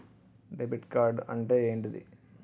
Debit card అంటే ఏంటిది?